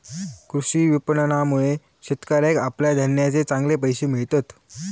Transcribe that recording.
कृषी विपणनामुळे शेतकऱ्याका आपल्या धान्याचे चांगले पैशे मिळतत